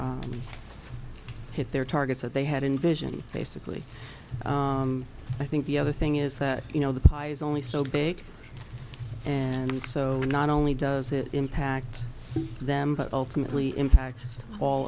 to hit their targets that they had in vision basically i think the other thing is that you know the pie is only so big and so not only does it impact them but ultimately impacts all